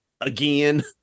again